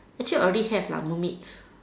actually already have lah no needs